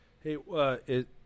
Hey